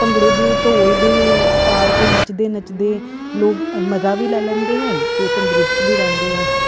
ਭੰਗੜੇ ਦੀ ਢੋਲ ਦੇ ਤਾਲ 'ਤੇ ਨੱਚਦੇ ਨੱਚਦੇ ਲੋਕ ਮਜ਼ਾ ਵੀ ਲੈ ਲੈਂਦੇ ਹੈ ਅਤੇ ਤੰਦਰੁਸਤ ਵੀ ਰਹਿੰਦੇ ਹੈ